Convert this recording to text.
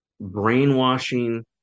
brainwashing